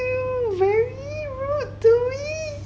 you very rude to me